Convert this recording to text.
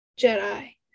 Jedi